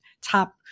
top